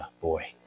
boy